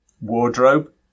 wardrobe